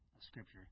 scripture